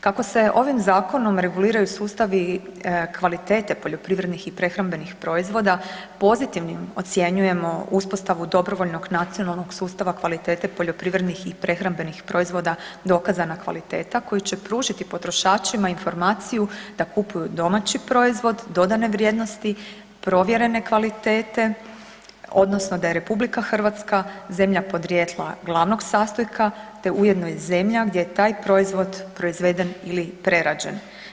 Kako se ovim zakonom reguliraju sustavi kvalitete poljoprivrednih i prehrambenih proizvoda, pozitivnim ocjenjujemo uspostavu dobrovoljnog nacionalnog sustava kvalitete poljoprivrednih i prehrambenih proizvoda „Dokazana kvaliteta„ koji će pružiti potrošačima informaciju da kupuju domaći proizvod, dodane vrijednosti, provjerene kvalitete, odnosno da je Republika Hrvatska zemlja podrijetla glavnog sastojka, te ujedno i zemlja gdje je taj proizvod proizveden ili prerađen.